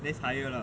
that's higher lah